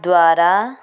ଦ୍ଵାରା